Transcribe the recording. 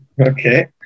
Okay